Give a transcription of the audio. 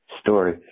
story